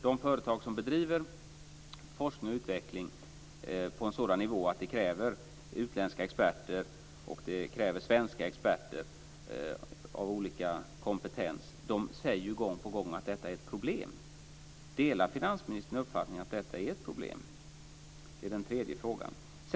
De företag som bedriver forskning och utveckling på en sådan nivå att det kräver utländska experter och kräver svenska experter av olika kompetens säger gång på gång att detta är ett problem. Delar finansministern uppfattningen att detta är ett problem?